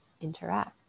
interact